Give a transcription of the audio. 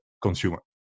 consumer